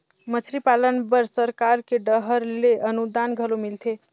मछरी पालन बर सरकार के डहर ले अनुदान घलो मिलथे